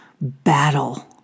battle